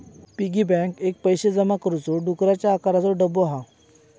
piggy bank एक पैशे जमा करुचो डुकराच्या आकाराचो डब्बो हा